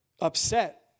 upset